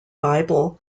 bible